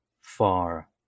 far